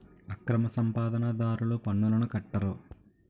అక్రమ సంపాదన దారులు పన్నులను కట్టరు